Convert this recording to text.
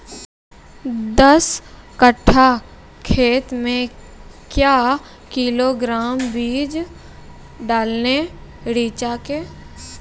दस कट्ठा खेत मे क्या किलोग्राम बीज डालने रिचा के?